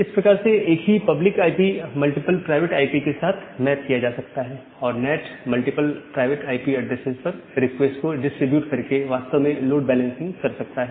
इस प्रकार से एक ही public IP multiple private IP के साथ मैप किया जा सकता है और NAT multiple private IP addresses पर रिक्वेस्ट को डिस्ट्रीब्यूट करके वास्तव में लोड बैलेंसिंग कर सकता है